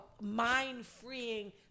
mind-freeing